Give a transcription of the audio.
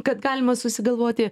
kad galima susigalvoti